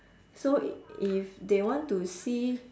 so if they want to see